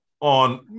on